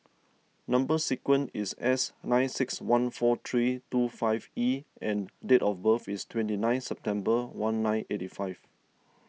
Number Sequence is S nine six one four three two five E and date of birth is twenty nine September one nine eighty five